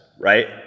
Right